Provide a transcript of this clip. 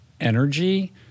energy